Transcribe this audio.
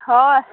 হয়